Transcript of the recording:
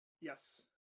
yes